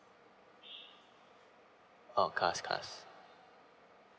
or cars cras